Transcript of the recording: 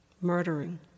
murdering